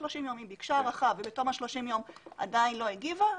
היא ביקשה הארכה ובתום ה-30 ימים היא עדיין לא הגיבה,